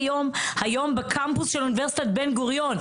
היום בקמפוס של אוניברסיטת בן גוריון".